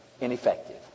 ineffective